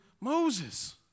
Moses